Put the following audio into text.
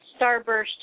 starburst